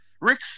Rick